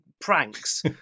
pranks